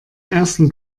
ersten